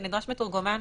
כשנדרש מתורגמן,